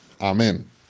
Amen